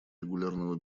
регулярного